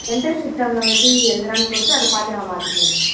entrance எக்ஸாமில் அவன் எப்படி எழுதுகிறான்னு பொறுத்து அதை பார்த்து நம்ம மாற்றிக்கலா மேம்